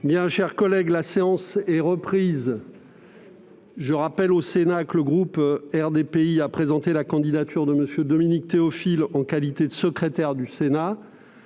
est suspendue. La séance est reprise. Je rappelle au Sénat que le groupe RDPI a présenté la candidature de M. Dominique Théophile en qualité de secrétaire du Sénat.